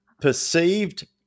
Perceived